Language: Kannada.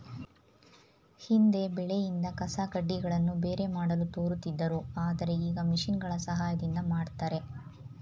ಹಿಂದೆ ಬೆಳೆಯಿಂದ ಕಸಕಡ್ಡಿಗಳನ್ನು ಬೇರೆ ಮಾಡಲು ತೋರುತ್ತಿದ್ದರು ಆದರೆ ಈಗ ಮಿಷಿನ್ಗಳ ಸಹಾಯದಿಂದ ಮಾಡ್ತರೆ